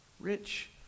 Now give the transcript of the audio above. Rich